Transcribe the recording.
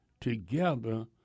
together